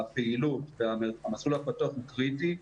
לגבי הפעילות המסלול הפתוח קריטי,